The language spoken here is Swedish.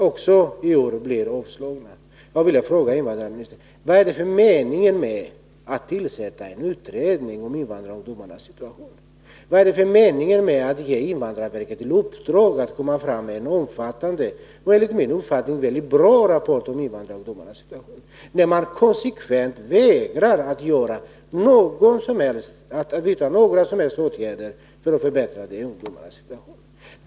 Men hittills har inte några förslag till konkreta åtgärder framlagts från regeringens sida. Och våra motioner blev avslagna också i år.